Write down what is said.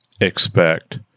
expect